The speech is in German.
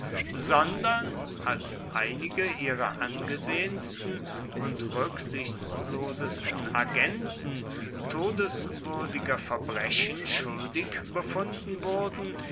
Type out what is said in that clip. sondern als einige ihrer angesehensten und rücksichtslosesten agenten todeswürdiger verbrechen schuldig befunden wurden